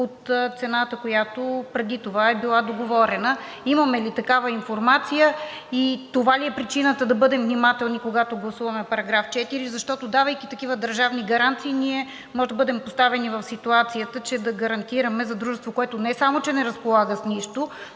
от цената, която преди това е била договорена. Имаме ли такава информация и това ли е причината да бъдем внимателни, когато гласуваме § 4? Защото, давайки такива държавни гаранции, ние може да бъдем поставени в ситуацията, че да гарантираме за дружество, което не само че не разполага с нищо,